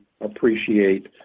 appreciate